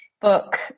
book